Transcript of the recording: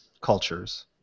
cultures